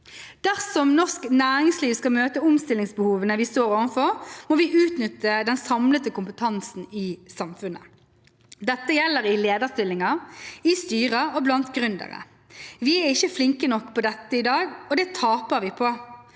Dersom norsk næringsliv skal møte omstillingsbehovene vi står overfor, må vi utnytte den samlede kompetansen i samfunnet. Dette gjelder i lederstillinger, i styrer og blant gründere. Vi er ikke flinke nok på dette i dag, og det taper vi på.